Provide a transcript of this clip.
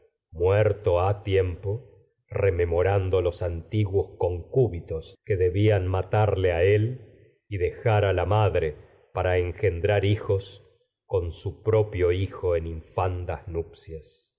muerto ha tiempo rememorando los concúbitos que debían matarle a él y tiguos madre das dejar a la para engendrar hijos con su propio hijo en infanpor nupcias